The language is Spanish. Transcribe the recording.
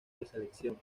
selección